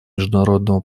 международного